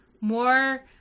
More